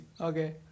Okay